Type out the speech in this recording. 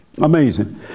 Amazing